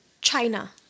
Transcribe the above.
china